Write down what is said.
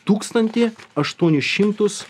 tūkstantį aštuonis šimtus